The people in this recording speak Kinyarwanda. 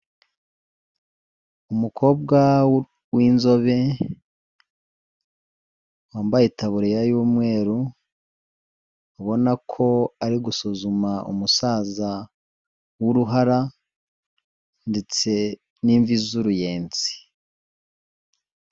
Umukobwa w'inzobe wambaye itaburiya y'umweru ubona ko ari gusuzuma umusaza w'uruhara ndetse n'imvi z'uruyenzi.